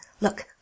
look